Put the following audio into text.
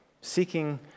seeking